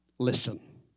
Listen